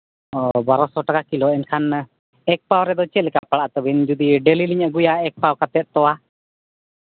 ᱚᱻ ᱵᱟᱨᱳ ᱥᱚ ᱴᱟᱠᱟ ᱠᱤᱞᱳ ᱮᱱᱠᱷᱟᱱ ᱮᱹᱠ ᱯᱚᱣᱟ ᱨᱮ ᱫᱚ ᱪᱮᱫᱠᱟ ᱯᱟᱲᱟᱜ ᱛᱟᱹᱵᱤᱱ ᱡᱩᱫᱤ ᱰᱮᱞᱤ ᱞᱤᱧ ᱟᱹᱜᱩᱭᱟ ᱮᱹᱠ ᱯᱚᱣᱟ ᱠᱟᱛᱮ ᱛᱳᱣᱟ